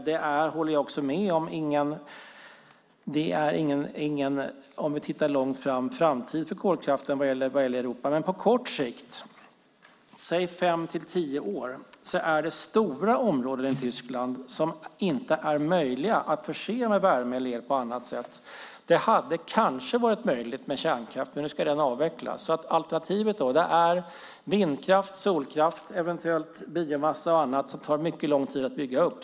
Jag håller med om att det inte finns någon framtid för kolkraften i Europa om vi tittar långt fram, men på kort sikt, säg fem till tio år, finns det stora områden i Tyskland som inte är möjliga att förse med värme eller el på annat sätt. Det hade kanske varit möjligt med kärnkraft, men nu ska den avvecklas. Alternativet är vindkraft, solkraft och eventuellt biomassa och annat som tar mycket lång tid att bygga upp.